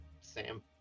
Sam